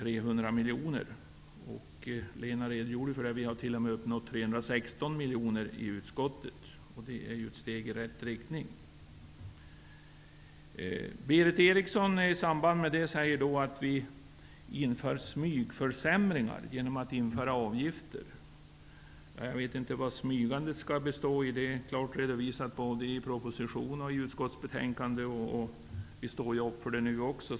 Lena Öhrsvik redogjorde för hur vi i utskottet uppnått resultatet 316 miljoner kronor. Det är ett steg i rätt riktning. Berith Eriksson säger i samband med det att vi inför smygförsämringar genom att införa nya avgifter. Jag vet inte vad smygandet består i. Det här är klart redovisat både i proposition och i utskottbetänkande. Vi står för det nu också.